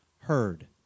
heard